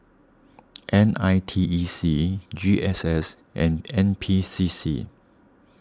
N I T E C G S S and N P C C